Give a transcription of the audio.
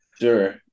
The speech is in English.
Sure